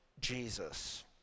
Jesus